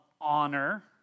honor